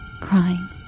crying